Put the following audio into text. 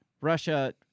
Russia